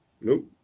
Nope